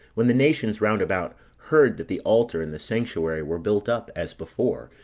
when the nations round about heard that the altar and the sanctuary were built up, as before,